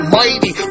mighty